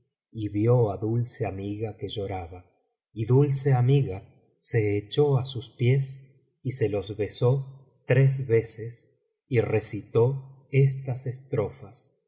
y vio á dulce amiga que lloraba y dulceamiga se echó á sus pies y se los besó tres veces y recitó estas estrofas